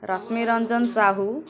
Rashmiranjan Sahu